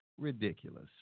ridiculous